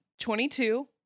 22